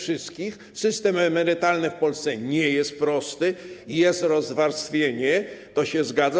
System emerytalny w Polsce nie jest prosty, jest rozwarstwienie, to się zgadza.